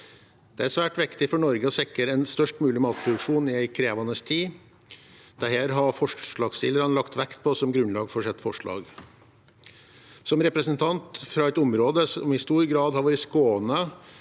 Det er svært viktig for Norge å sikre en størst mulig matproduksjon i en krevende tid. Dette har forslagsstillerne lagt vekt på som grunnlag for sine forslag. Som representant fra et område som i stor grad har vært skånet